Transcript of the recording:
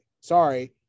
Sorry